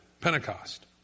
Pentecost